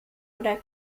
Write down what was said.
oder